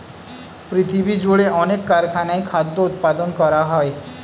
পৃথিবীজুড়ে অনেক কারখানায় খাদ্য উৎপাদন করা হয়